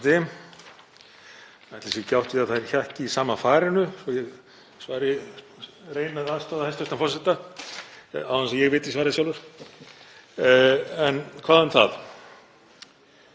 En hvað um það,